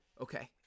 okay